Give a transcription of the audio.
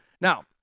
Now